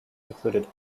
included